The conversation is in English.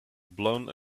blown